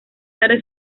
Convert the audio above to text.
tarde